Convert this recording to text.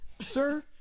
Sir